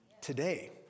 today